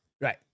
Right